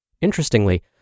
Interestingly